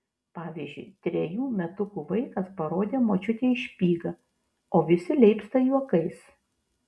pavyzdžiui trejų metukų vaikas parodė močiutei špygą o visi leipsta juokais